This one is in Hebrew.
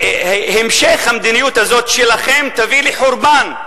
שהמדיניות הזאת שלהם תביא לחורבן,